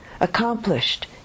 Accomplished